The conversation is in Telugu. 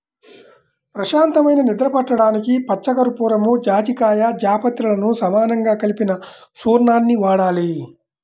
ప్రశాంతమైన నిద్ర పట్టడానికి పచ్చకర్పూరం, జాజికాయ, జాపత్రిలను సమానంగా కలిపిన చూర్ణాన్ని వాడాలి